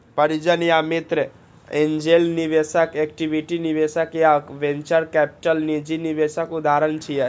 परिजन या मित्र, एंजेल निवेशक, इक्विटी निवेशक आ वेंचर कैपिटल निजी निवेशक उदाहरण छियै